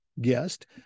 guest